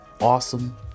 awesome